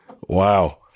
Wow